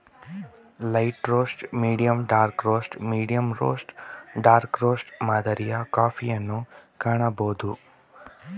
light roast, medium dark roast, medium roast dark roast ಮಾದರಿಯ ಕಾಫಿಯನ್ನು ಕಾಣಬೋದು